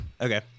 Okay